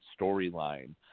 storyline